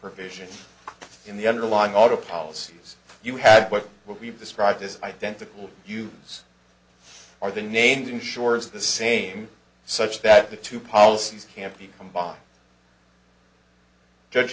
her vision in the underlying auto policies you had what would be described as identical use are the names ensures the same such that the two policies can't be combined judge